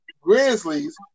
Grizzlies